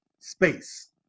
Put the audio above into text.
space